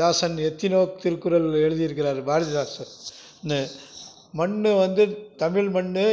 தாசன் எத்தனியோ திருக்குறள் எழுதியிருக்குறாரு பாரதிதாசன் மண் வந்து தமிழ் மண்ணு